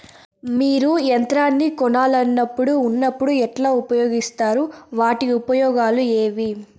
మీరు యంత్రాన్ని కొనాలన్నప్పుడు ఉన్నప్పుడు ఎట్లా ఉపయోగిస్తారు వాటి ఉపయోగాలు ఏవి?